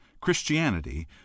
Christianity